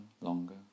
longer